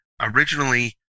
originally